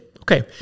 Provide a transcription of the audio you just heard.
okay